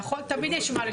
נכון, תמיד יש מה לשפר.